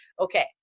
okay